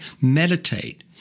meditate